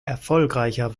erfolgreicher